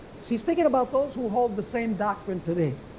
she is thinking about those who hold the same doctrine today.